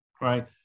right